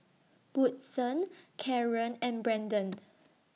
Woodson Kaaren and Brendon